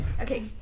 Okay